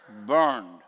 Burned